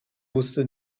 wusste